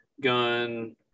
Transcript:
gun